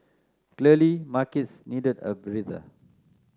clearly markets needed a breather